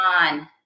on